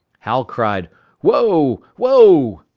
hal cried whoa! whoa!